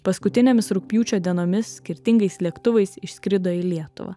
paskutinėmis rugpjūčio dienomis skirtingais lėktuvais išskrido į lietuvą